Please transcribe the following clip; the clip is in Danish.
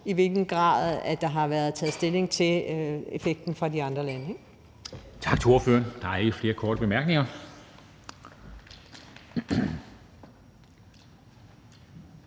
i hvilken grad der har været taget stilling til effekten i de andre lande.